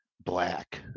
black